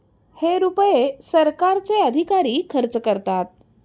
हे रुपये सरकारचे अधिकारी खर्च करतात